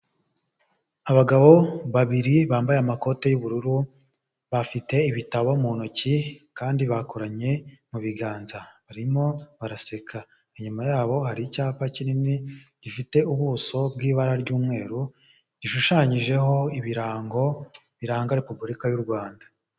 Abagabo babiri bambaye amakoti y'ubururu, bafite ibitabo mu ntoki kandi bakoranye mu biganza. Barimo baraseka inyuma yabo hari icyapa kinini gifite ubuso bw'ibara ry'umweru, gishushanyijeho ibirango biranga repubulika y'u Rwanda.